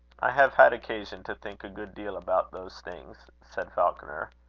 i have had occasion to think a good deal about those things, said falconer.